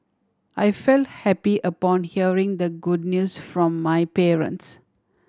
I feel happy upon hearing the good news from my parents